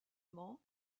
mans